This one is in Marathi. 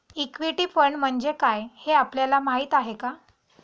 इक्विटी फंड म्हणजे काय, हे आपल्याला माहीत आहे का?